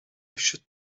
should